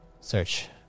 search